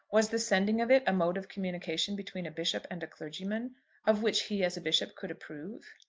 was the sending of it a mode of communication between a bishop and a clergyman of which he as a bishop could approve?